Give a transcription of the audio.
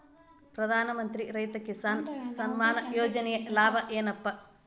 ಪ್ರಧಾನಮಂತ್ರಿ ರೈತ ಕಿಸಾನ್ ಸಮ್ಮಾನ ಯೋಜನೆಯ ಲಾಭ ಏನಪಾ?